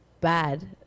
bad